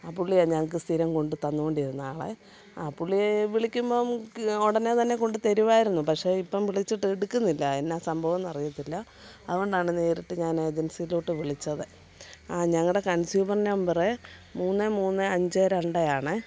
ആ പുള്ളിയാണ് ഞങ്ങൾക്കു സ്ഥിരം കൊണ്ടു തന്നു കൊണ്ടിരുന്ന ആളെ ആ പുള്ളിയെ വിളിക്കുമ്പം ക് ഉടനെ തന്നെ കൊണ്ടു തരുമായിരുന്നു പക്ഷെ ഇപ്പം വിളിച്ചിട്ട് എടുക്കുന്നില്ല എന്നാൽ സംഭവം എന്നറിയത്തില്ല അതുകൊണ്ടാണ് നേരിട്ട് ഞാൻ ഏജൻസിയിലോട്ടു വിളിച്ചത് ആ ഞങ്ങളുടെ കൺസ്യൂമർ നമ്പർ മൂന്ന് മൂന്ന് അഞ്ച് രണ്ട് ആണേ